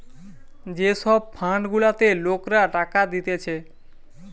যে সব ফান্ড গুলাতে লোকরা টাকা দিতেছে